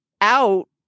out